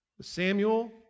Samuel